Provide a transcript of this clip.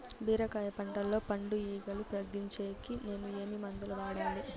బీరకాయ పంటల్లో పండు ఈగలు తగ్గించేకి నేను ఏమి మందులు వాడాలా?